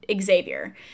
Xavier